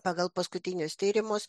pagal paskutinius tyrimus